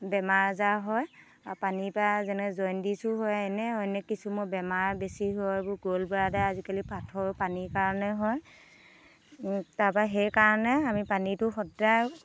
বেমাৰ আজাৰ হয় আৰু পানীৰ পৰা যেনে জণ্ডিছো হয় এনে অনেক কিছুমান বেমাৰ বেছি হয় এইবোৰ গ'ল ব্লাডাৰ আজিকালি পাথৰ পানীৰ কাৰণে হয় তাৰ পৰা সেইকাৰণে আমি পানীটো সদায়